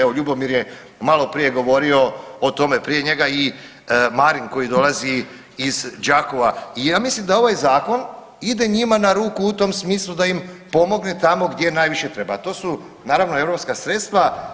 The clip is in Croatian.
Evo Ljubomir je maloprije govorio o tome, prije njega i Marin koji dolazi iz Đakova i ja mislim da ovaj zakon ide njima na ruku u tom smislu da im pomogne tamo gdje najviše treba, a to su naravno europska sredstva.